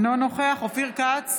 אינו נוכח אופיר כץ,